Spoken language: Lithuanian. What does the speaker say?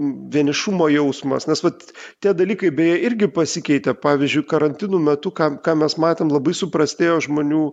vienišumo jausmas nes vat tie dalykai beje irgi pasikeitė pavyzdžiui karantinų metu ką ką mes matėm labai suprastėjo žmonių